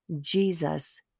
Jesus